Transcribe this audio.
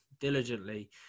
Diligently